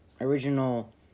original